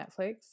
Netflix